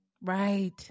Right